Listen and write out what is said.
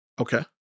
Okay